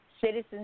Citizens